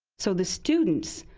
so the students,